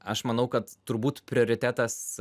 aš manau kad turbūt prioritetas